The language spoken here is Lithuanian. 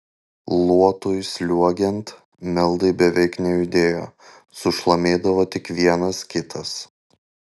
luotui sliuogiant meldai beveik nejudėjo sušlamėdavo tik vienas kitas